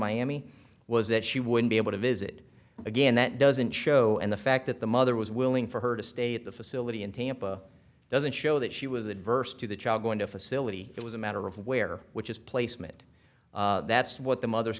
miami was that she would be able to visit again that doesn't show and the fact that the mother was willing for her to stay at the facility in tampa doesn't show that she was adverse to the child going to facility it was a matter of where which is placement that's what the mother